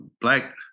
Black